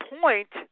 point